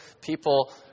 people